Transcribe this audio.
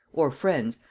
or friends,